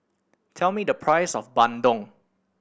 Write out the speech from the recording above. tell me the price of bandung